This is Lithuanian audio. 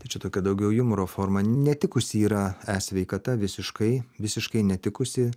tai čia tokia daugiau jumoro forma netikusi yra esveikata visiškai visiškai netikusi